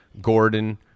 Gordon